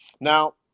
Now